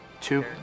Two